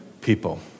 people